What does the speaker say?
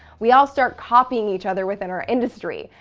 we all start copying each other within our industry.